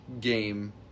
game